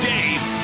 Dave